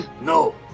No